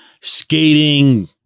skating